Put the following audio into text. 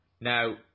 Now